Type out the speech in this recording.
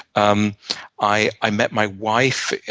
um i i met my wife.